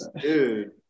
Dude